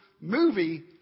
movie